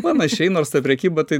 panašiai nors ta prekyba tai